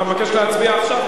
אתה מבקש להצביע עכשיו?